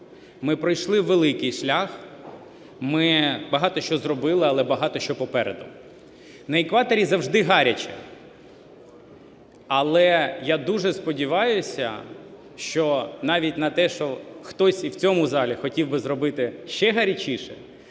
Ми пройшли великий шлях, ми багато що зробили, але багато що попереду. На екваторі завжди гаряче, але я дуже сподіваюся, що навіть на те, що хтось і в цьому залі хотів би зробити ще гарячіше,